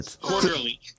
Quarterly